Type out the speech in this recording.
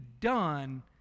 done